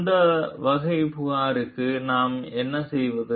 அந்த வகை புகாருக்கு நாம் என்ன செய்வது